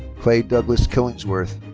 clay douglas killingsworth.